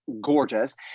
gorgeous